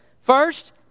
first